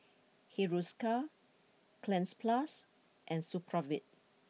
Hiruscar Cleanz plus and Supravit